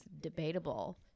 debatable